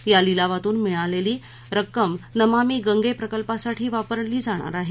या लिलावातून मिळालेली रक्कम नमामी गंगे प्रकल्पासाठी वापरली जाणार आहे